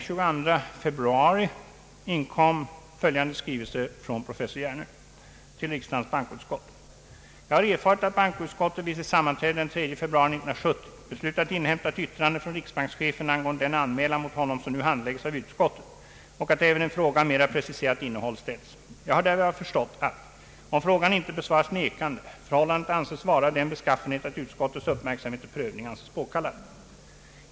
Jag har erfarit att bankoutskottet vid sitt sammanträde den 3 februari 1970 beslutat inhämta yttrande från riksbankschefen angående den anmälan mot honom som nu handlägges av utskottet och att även en fråga av mera preciserat innehåll ställts. Jag har därav förstått att, om frågan inte besvaras nekande, förhållandet anses vara av den beskaffenhet att utskottets uppmärksamhet och prövning anses påkallad.